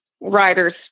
riders